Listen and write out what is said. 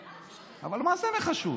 אבל מה זה חשוב?